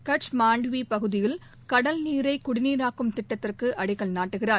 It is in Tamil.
கட்ஜ் மாண்ட்வி பகுதியில் கடல் நீரை குடிநீராக்கும் திட்டத்திற்கு அடிக்கல் நாட்டுகிறார்